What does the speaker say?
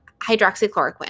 hydroxychloroquine